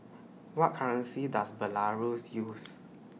What currency Does Belarus use